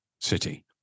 City